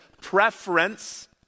preference